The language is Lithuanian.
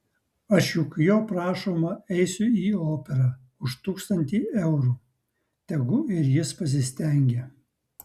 aš juk jo prašoma eisiu į operą už tūkstantį eurų tegu ir jis pasistengia